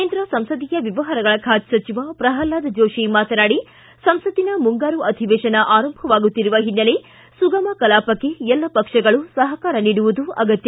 ಕೇಂದ್ರ ಸಂಸದೀಯ ವ್ಯವಹಾರಗಳ ಖಾತೆ ಸಚಿವ ಪ್ರಲ್ಪಾದ ಜೋಶಿ ಮಾತನಾಡಿ ಸಂಸತ್ತಿನ ಮುಂಗಾರು ಅಧಿವೇಶನ ಆರಂಭವಾಗುತ್ತಿರುವ ಹಿನ್ನೆಲೆ ಸುಗಮ ಕಲಾಪಕ್ಕೆ ಎಲ್ಲ ಪಕ್ಷಗಳು ಸಹಕಾರ ನೀಡುವುದು ಅಗತ್ಯ